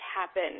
happen